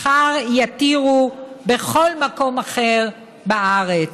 מחר יתירו בכל מקום אחר בארץ.